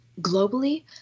Globally